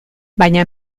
baina